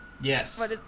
Yes